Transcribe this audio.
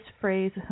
phrase